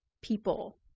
people